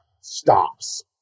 stops